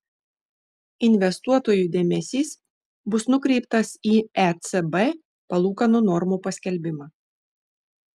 investuotojų dėmesys bus nukreiptas į ecb palūkanų normų paskelbimą